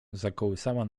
zakołysała